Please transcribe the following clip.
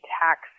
tax